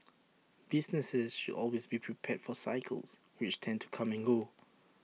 businesses should always be prepared for cycles which tend to come and go